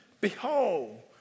Behold